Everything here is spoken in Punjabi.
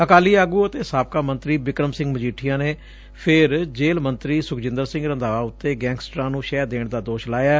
ਅਕਾਲੀ ਆਗੁ ਅਤੇ ਸਾਬਕਾ ਮੰਤਰੀ ਬਿਕਰਮ ਸਿੰਘ ਮਜੀਠੀਆ ਨੇ ਫਿਰ ਜੇਲੁ ਮੰਤਰੀ ਸੁਖਜਿੰਦਰ ਸਿੰਘ ਰੰਧਾਵਾ ਉਤੇ ਗੈਂਗਸਟਰਾਂ ਨੁੰ ਸ਼ਹਿ ਦੇਣ ਦਾ ਦੋਸ਼ ਲਾਇਐ